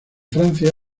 francia